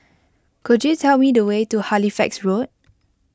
could you tell me the way to Halifax Road